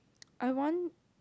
I want